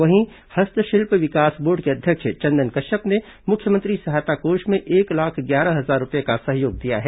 वहीं हस्तशिल्प विकास बोर्ड के अध्यक्ष चंदन कश्यप ने मुख्यमंत्री सहायता कोष में एक लाख ग्यारह हजार रूपये का सहयोग दिया है